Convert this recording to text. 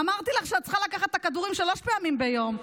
אמרתי לך שאת צריכה לקחת את הכדורים שלוש פעמים ביום,